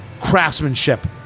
Craftsmanship